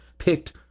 picked